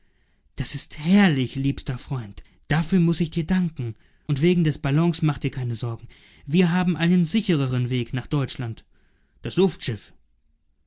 das ist herrlich liebster freund dafür muß ich dir danken und wegen des ballons mache dir keine sorge wir haben einen sichereren weg nach deutschland das luftschiff